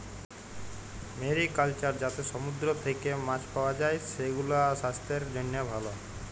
mariculture যাতে সমুদ্র থেক্যে মাছ পাওয়া যায়, সেগুলাসাস্থের জন্হে ভালো